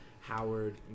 Howard